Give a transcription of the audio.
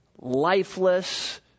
lifeless